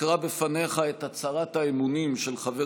אקרא בפניך את הצהרת האמונים של חבר